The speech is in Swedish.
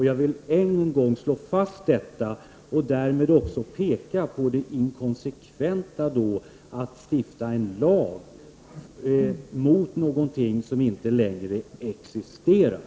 Jag vill än en gång slå fast detta och därmed också peka på det inkonsekventa i att stifta en lag mot någonting som inte längre existerar.